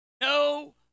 no